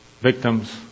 victims